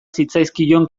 zitzaizkion